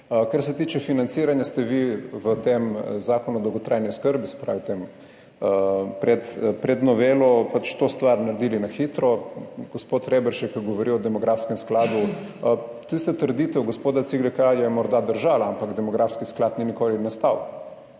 Kar se tiče financiranja, ste vi v tem zakonu o dolgotrajni oskrbi, se pravi v tem pred, pred novelo, pač to stvar naredili na hitro. Gospod Reberšek je govoril o demografskem skladu; tista trditev gospoda Ciglerja je morda držala, ampak demografski sklad ni nikoli nastal